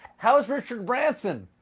how's richard branson?